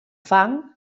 fang